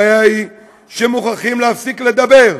הבעיה היא שמוכרחים להפסיק לדבר,